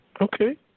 Okay